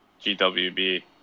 GWB